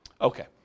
Okay